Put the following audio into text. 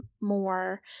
more